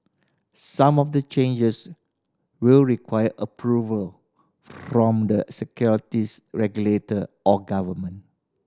some of the changes will require approval from the securities regulator or government